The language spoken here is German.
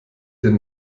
denn